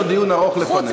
יש עוד דיון ארוך לפנינו.